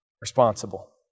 responsible